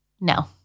No